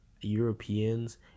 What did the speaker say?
Europeans